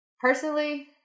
personally